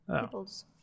people's